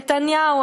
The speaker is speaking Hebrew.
נתניהו,